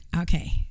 Okay